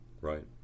Right